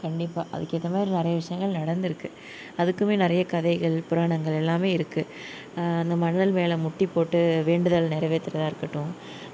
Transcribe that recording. கண்டிப்பாக அதுக்கேற்ற மாதிரி நிறைய விஷயங்கள் நடந்திருக்குது அதுக்கும் நிறைய கதைகள் புராணங்கள் எல்லாமே இருக்குது அந்த மணல் மேல் முட்டி போட்டு வேண்டுதல் நிறைவேத்துறதாக இருக்கட்டும்